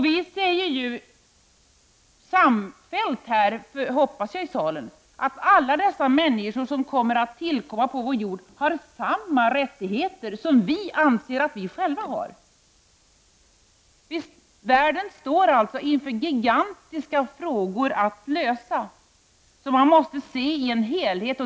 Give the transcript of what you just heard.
Vi säger samfällt, hoppas jag, i denna sal att alla dessa människor som tillkommer på vår jord har samma rättigheter som vi anser att vi själva skall ha. Världen står alltså inför gigantiska frågor som kräver en lösning och som måste ses i sin helhet.